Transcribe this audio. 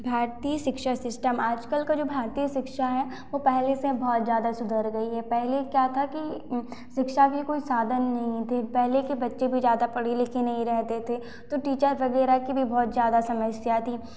भारतीय शिक्षा सिस्टम आजकल का जो भारतीय शिक्षा है वह पहले से बहुत ज़्यादा सुधर गई है पहले क्या था कि शिक्षा की कोई साधन नहीं पहले के बच्चे भी ज़्यादा पढ़े लिखे नहीं रहे थे तो टीचर वगैरह की भी बहुत ज़्यादा समस्या थी